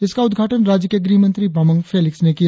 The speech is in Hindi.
इसका उदघाटन राज्य के गृह मंत्री बामांग फेलिक्स ने किया